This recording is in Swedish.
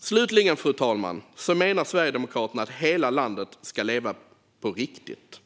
Fru talman! Slutligen menar Sverigedemokraterna att hela landet ska leva - på riktigt!